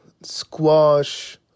squash